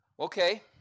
Okay